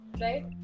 right